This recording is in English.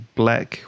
black